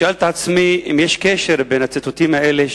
שאלתי את עצמי אם יש קשר בין הציטוטים האלה,